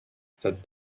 said